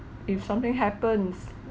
if something happens